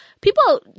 people